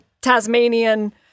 tasmanian